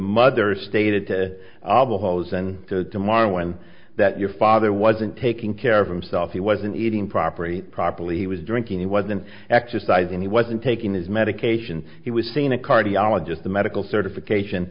mother stated to aba hosen to tomorrow when that your father wasn't taking care of himself he wasn't eating properly properly he was drinking he wasn't exercising he wasn't taking his medication he was seen a cardiologist the medical certification